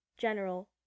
General